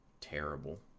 terrible